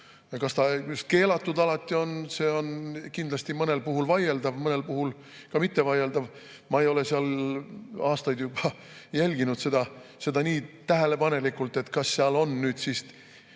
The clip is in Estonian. Kas ta alati keelatud on, see on kindlasti mõnel puhul vaieldav, mõnel puhul ka mitte vaieldav. Ma ei ole seal aastaid juba jälginud seda nii tähelepanelikult, kas seal on otseselt